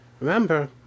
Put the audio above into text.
remember